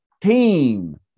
Team